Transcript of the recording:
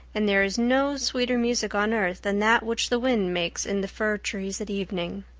and there is no sweeter music on earth than that which the wind makes in the fir trees at evening.